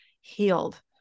healed